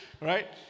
right